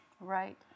Right